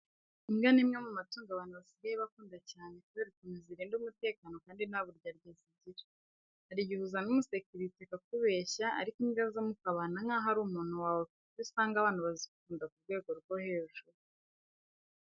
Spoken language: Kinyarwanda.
Imbwa ni imwe mu matungo abantu basigaye bakunda cyane kubera ukuntu zirinda umutekano kandi nta buryarya zigira. Hari igihe uzana umusekirite akakubeshya ariko imbwa zo mubana nkaho ari umuntu wawe ku buryo usanga abantu bazikunda ku rwego rwo hejuru.